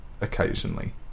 occasionally